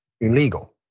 illegal